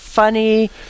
Funny